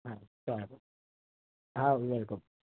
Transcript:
હા સારું આવો વેલકમ